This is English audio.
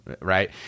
Right